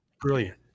brilliant